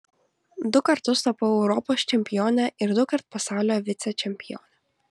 du kartus tapau europos čempione ir dukart pasaulio vicečempione